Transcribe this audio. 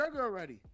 already